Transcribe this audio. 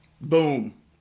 Boom